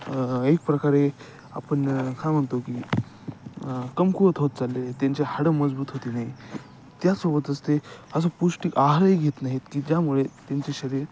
एक प्रकारे आपण का म्हणतो की कमकुवत होत चालले त्यांचे हाडं मजबूत होत नाही त्यासोबतच ते असं पौष्टिक आहारही घेत नाहीत की ज्यामुळे त्यांचे शरीर